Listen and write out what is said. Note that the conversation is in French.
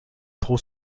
trop